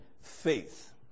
faith